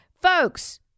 folks